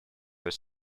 were